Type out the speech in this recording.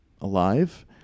alive